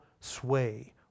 sway